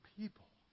people